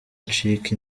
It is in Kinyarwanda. ncika